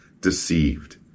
deceived